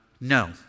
No